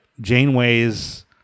Janeway's